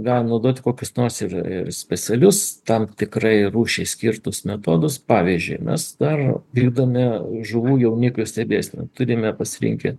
galim naudoti kokius nors ir specialius tam tikrai rūšiai skirtus metodus pavyzdžiui mes dar ir įdomi žuvų jauniklių stebėsena turime pasirinkę